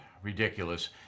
Ridiculous